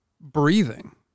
breathing